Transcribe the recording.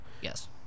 Yes